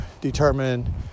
determine